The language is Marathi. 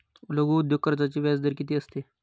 लघु उद्योग कर्जाचे व्याजदर किती असते?